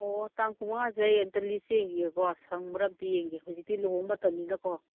ꯑꯣ ꯇꯥꯡ ꯀꯨꯟ ꯃꯉꯥꯁꯦ ꯑꯩ ꯑꯃꯨꯛꯇ ꯂꯤꯁ ꯌꯦꯡꯈꯤꯒꯦꯀꯣ ꯁꯪꯕ꯭ꯔꯥ ꯑꯃꯨꯛꯇ ꯌꯦꯡꯒꯦ ꯍꯧꯖꯤꯛꯇꯤ ꯂꯨꯍꯣꯡꯕ ꯃꯇꯝꯅꯤꯅꯀꯣ